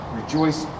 rejoice